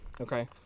Okay